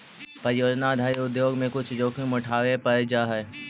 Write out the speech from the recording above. परियोजना आधारित उद्योग में कुछ जोखिम उठावे पड़ जा हई